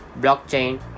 blockchain